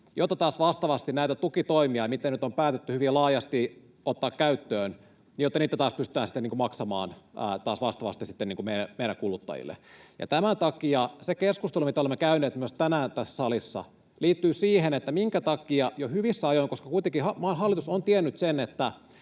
jotta taas vastaavasti näitä tukitoimia, mitä nyt on päätetty hyvin laajasti ottaa käyttöön, pystytään sitten maksamaan taas vastaavasti sitten meidän kuluttajillemme. Ja tämän takia se keskustelu, mitä olemme käyneet myös tänään tässä salissa, liittyy siihen, minkä takia jo hyvissä ajoin — koska kuitenkin maan hallitus on tiennyt sen,